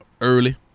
early